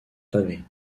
pavée